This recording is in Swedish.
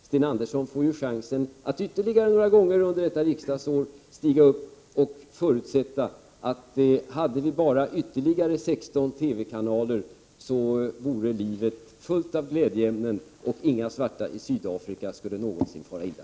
Sten Andersson får ju därmed chansen att ytterligare några gånger under detta riksdagsår stiga upp och förutsätta att hade vi bara ytterligare 16 TV-kanaler vore livet fyllt av glädjeämnen och inga svarta i Sydafrika skulle någonsin fara illa.